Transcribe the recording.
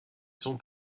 sont